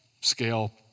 scale